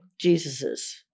Jesus's